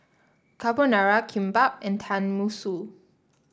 Carbonara Kimbap and Tenmusu